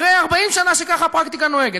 אחרי 40 שנה שככה הפרקטיקה נוהגת,